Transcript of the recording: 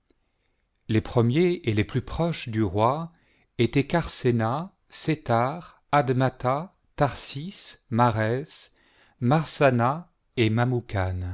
les premiers et les plus proches du roi étaient charséna séthar admatha tliarsis mares marsana et